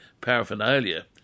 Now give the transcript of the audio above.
paraphernalia